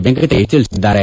ವೆಂಕಟೇಶ್ ತಿಳಿಸಿದ್ದಾರೆ